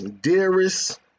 dearest